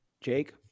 Jake